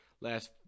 last